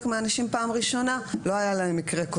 מהאנשים פעם ראשונה ולא היה להם מקרה קודם.